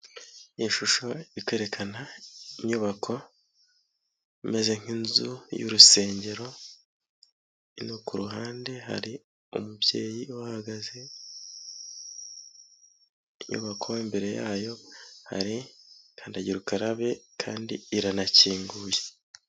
Iyi shusho iri kwerekana inyubako imeze nk'inzu y'urusengero, hino ku ruhande hari umubyeyi uhagaze, inyubako imbere yayo hari kandagira ukarabe kandi iranakinguye.